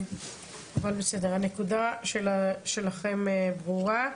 הנקודה שלכם ברורה.